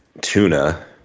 tuna